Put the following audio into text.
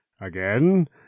Again